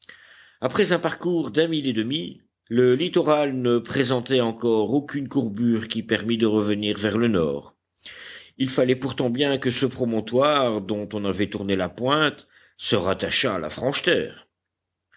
après un parcours d'un mille et demi le littoral ne présentait encore aucune courbure qui permît de revenir vers le nord il fallait pourtant bien que ce promontoire dont on avait tourné la pointe se rattachât à la franche terre